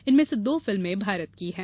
इनमें से दो फिल्में भारत की हैं